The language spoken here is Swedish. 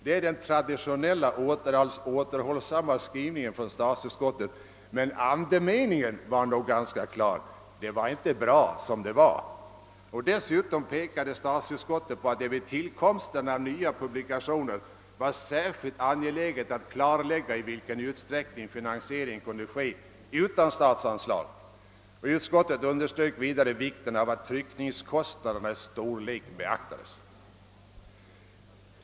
Det är den traditionella återhållsamma skrivningen från statsutskottet, men andemeningen var ganska klar: det var inte bra som det var. Dessutom pekade statsutskottet på att det vid tillkomsten av nya publikationer var särskilt angeläget att klarlägga i vilken utsträckning fi nansiering kunde ske utan statsanslag. Utskottet underströk vidare vikten av att tryckningskostnadernas storlek beaktades.